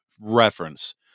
reference